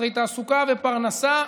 חסרי תעסוקה ופרנסה.